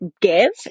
give